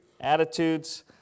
attitudes